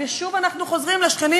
ושוב אנחנו חוזרים לשכנים,